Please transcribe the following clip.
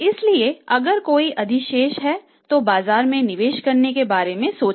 इसलिए अगर कोई अधिशेष है तो बाजार में निवेश करने के बारे में सोचें